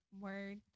word